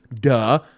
duh